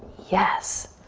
yes.